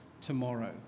tomorrow